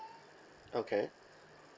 okay